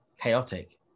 chaotic